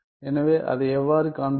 எனவே அதை எவ்வாறு காண்பிப்பது